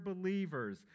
believers